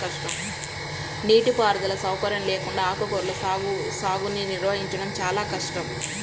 నీటిపారుదల సౌకర్యం లేకుండా ఆకుకూరల సాగుని నిర్వహించడం చాలా కష్టం